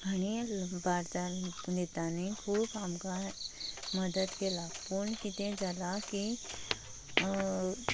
आनी भारतांत नेतांनी खूब आमकां मदत केला पूण कितें जालां की